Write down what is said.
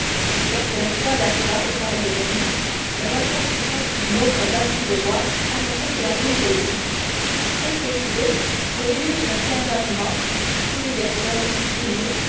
lorsque l'escouade arriva au palais de venise le retentissement d'une autre batterie de boîtes annonça que la rue était libre presque aussitôt au milieu d'une clameur immense universelle inouïe